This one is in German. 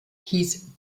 hieß